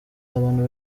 abantu